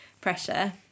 pressure